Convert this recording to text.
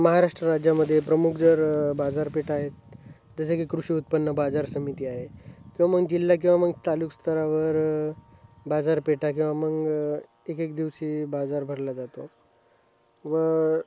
महाराष्ट्र राज्यामध्ये प्रमुख जर बाजारपेठा आहेत जसे की कृषी उत्पन्न बाजार समिती आहे किंवा मग जिल्हा किंवा मग तालुका स्तरावर बाजारपेठा किंवा मग एक एक दिवशी बाजार भरला जातो व